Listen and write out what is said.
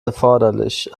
erforderlich